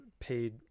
paid